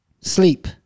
Sleep